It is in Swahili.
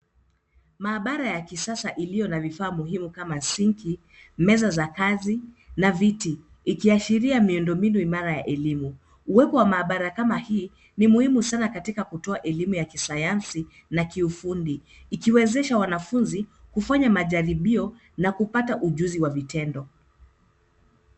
Maabara ya kisasa iliyo na vifaa muhimu kama sinki, meza za kazi na viti ikiashiria miundombinu imara ya elimu. Uwepo wa maabara kama hii ni muhimu sana katika kutoa elimu ya kisayansi na kiufundi, ikiwezesha wanafunzi kufanya majaribio na kupata ujuzi wa vitendo.